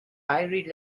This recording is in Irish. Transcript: éirigh